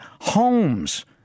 homes